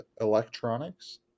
electronics